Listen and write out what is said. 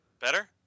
Better